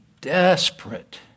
desperate